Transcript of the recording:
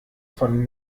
von